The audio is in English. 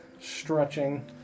stretching